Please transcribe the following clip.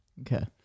Okay